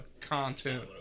content